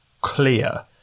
clear